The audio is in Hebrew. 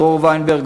דרור וינברג,